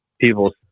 people